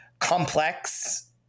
complex